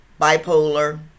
bipolar